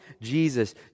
Jesus